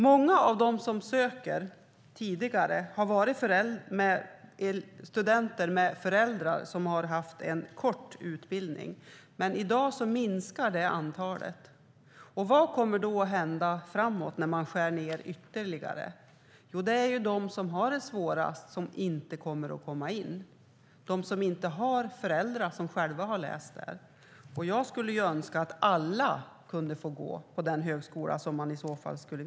Många av dem som tidigare har sökt har varit studenter som har föräldrar med kort utbildning. Men i dag minskar detta antal. Vad kommer då att hända framöver när man skär ned ytterligare? Jo, det är de som har det svårast som inte kommer att komma in, alltså de som inte har föräldrar som har läst där. Jag skulle önska att alla får gå på den högskola som de vill gå på.